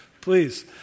please